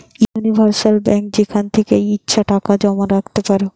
universal bank যেখান থেকে ইচ্ছে টাকা জমা রাখতে পারো